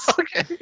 Okay